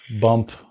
bump